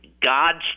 God's